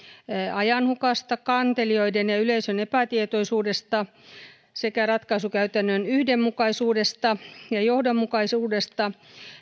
ajanhukasta kantelijoiden ja yleisön epätietoisuudesta sekä ratkaisukäytännön yhdenmukaisuudesta ja johdonmukaisuudesta